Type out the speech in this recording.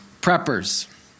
Preppers